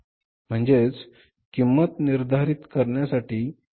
म्हणजे किंमत निर्धारित करण्यासाठी मूल्य आवश्यक आहे